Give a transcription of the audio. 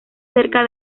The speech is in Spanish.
cerca